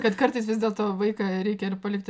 kad kartais vis dėlto vaiką reikia ir palikti